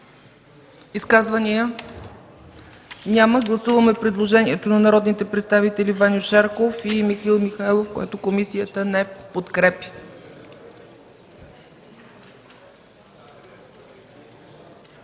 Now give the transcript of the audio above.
Изказвания? Няма. Гласуваме предложението на народните представители Ваньо Шарков и Михаил Михайлов, което комисията не подкрепя.